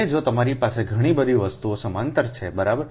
અને જો તમારી પાસે ઘણી બધી વસ્તુઓ સમાંતર છેબરાબર